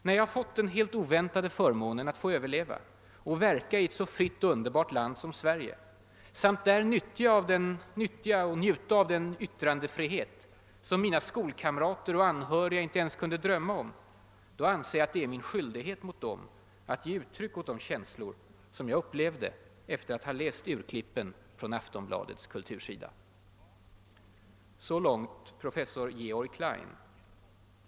När jag har fått den helt oväntade förmånen att få överleva och verka i ett så fritt och underbart land som Sverige, samt där njuta av den yttrandefrihet som mina skolkam rater och anhöriga inte ens kunde drömma om, anser jag att det är min skyldighet mot dem att ge uttryck åt de känslor som jag upplevde efter att ha läst urklippen från Aftonbladets kultursida.> Så långt professor Georg Klein.